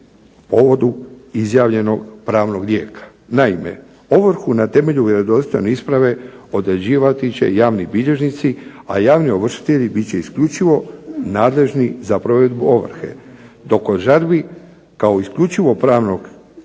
povodu izjavljenog pravnog lijeka. Naime, ovrhu na temelju vjerodostojne isprave određivati će javni bilježnici, a javni ovršitelji bit će isključivo nadležni za provedbu ovrhe, dok kod žalbi kod isključivo pravno lijeka